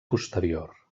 posterior